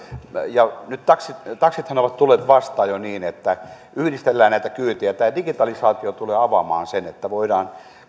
nythän taksit ovat tulleet vastaan jo niin että yhdistellään näitä kyytejä tämä digitalisaatio tulee avaamaan sen että voidaan